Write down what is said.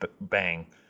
bang